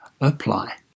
apply